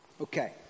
okay